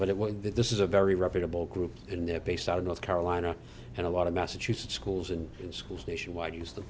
but it won't that this is a very reputable group and they're based out of north carolina and a lot of massachusetts schools and schools nationwide use the